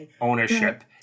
ownership